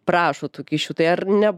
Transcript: prašo tų kyšių tai ar ne